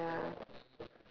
ya